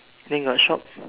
then got shop